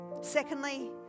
secondly